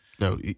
No